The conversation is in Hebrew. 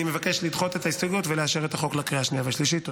אני מבקש לדחות את ההסתייגות ולאשר את החוק בקריאה השנייה והשלישית.